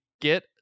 get